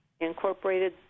Incorporated